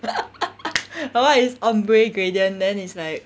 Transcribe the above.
her [one] is ombre gradient then is like